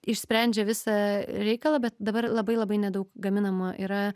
išsprendžia visą reikalą bet dabar labai labai nedaug gaminama yra